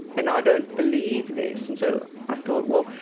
and i don't believe this. and so i thought, well,